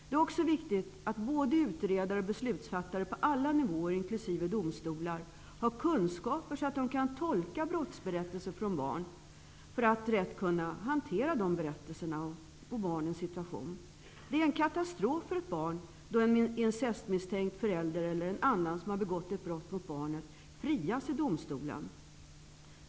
Det är också viktigt att både utredare och beslutsfattare på alla nivåer, inklusive domstolar, har kunskaper så att de kan tolka barns brottsberättelser för att rätt kunna hantera dessa berättelser och barnens situation. Det är en katastrof för ett barn, då en incestmisstänkt förälder eller annan som har begått ett brott mot barnet frias i domstolen.